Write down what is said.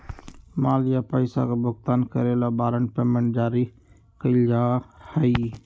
माल या पैसा के भुगतान करे ला वारंट पेमेंट जारी कइल जा हई